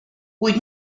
kuid